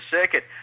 circuit